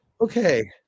Okay